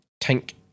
Tank